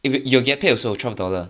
you~ you'll get paid also twelve dollar